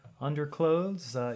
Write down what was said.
underclothes